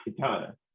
katana